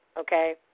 okay